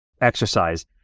exercise